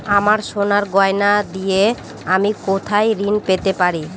আমার সোনার গয়নার দিয়ে আমি কোথায় ঋণ পেতে পারি?